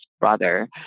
brother